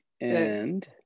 And-